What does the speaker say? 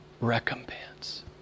recompense